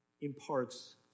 imparts